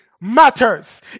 matters